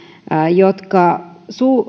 jotka